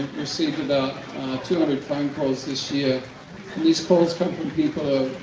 received about two hundred phone calls this year. and these calls come from people